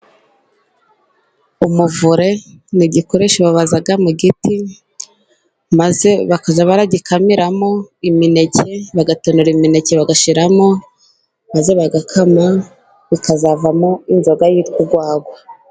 Umuvure ni gikoresho babazaga mu giti, maze bakajya bagikamiramo imineke, bagatonora imineke, bagashyiramo maze bagakama, bikazavamo inzoga yitwa urwagwa.